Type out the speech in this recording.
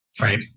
Right